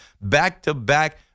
Back-to-back